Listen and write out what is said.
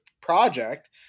project